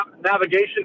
navigation